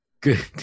good